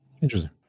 Interesting